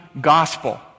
gospel